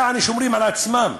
יעני שומרים על עצמם,